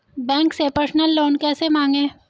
Bank से personal loan कैसे मांगें?